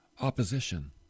opposition